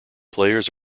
players